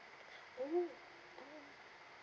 oh